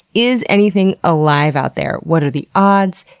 is anything alive out there, what are the odds,